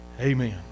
Amen